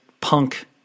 punk